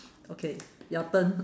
okay your turn